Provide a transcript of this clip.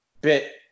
bit